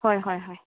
ꯍꯣꯏ ꯍꯣꯏ ꯍꯣꯏ